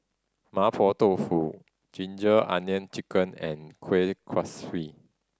Mapo Tofu ginger onion chicken and kuih kuaswi